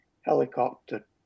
helicopter